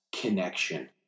connection